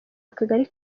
akagari